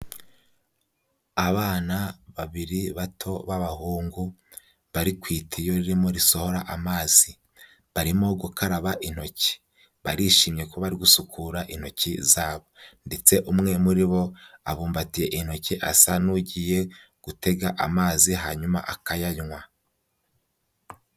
Abana babiri bato b'abahungu, bari ku itiyo ririmo risohora amazi. Barimo gukaraba intoki. Barishimye ko bari gusukura intoki zabo ndetse umwe muri bo, abumbatiye intoki asa n'ugiye gutega amazi hanyuma akayanywa.